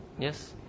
Yes